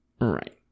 Right